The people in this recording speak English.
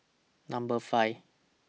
Number five